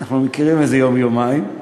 אנחנו מכירים איזה יום-יומיים.